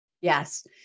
Yes